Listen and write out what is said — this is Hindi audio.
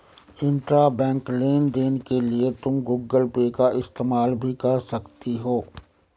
इंट्राबैंक लेन देन के लिए तुम गूगल पे का इस्तेमाल भी कर सकती हो